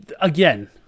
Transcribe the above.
again